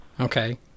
Okay